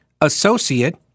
associate